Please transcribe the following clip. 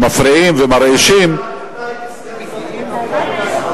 שמפריעים ומרעישים, אתה היית סגן שר,